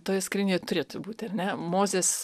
toje skrynioje turėtų būti ar ne mozės